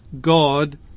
God